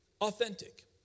authentic